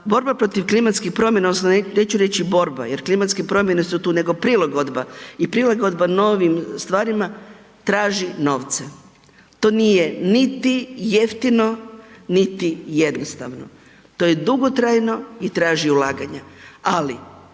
Borba protiv klimatskih promjena, odnosno neću reći borba jer klimatske promjene su tu, nego prilagodba i prilagodba novim stvarima traži novce. To nije niti jeftino niti jednostavno. To je dugotrajno i traži ulaganja. Ali,